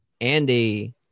Andy